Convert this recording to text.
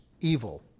evil